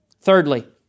Thirdly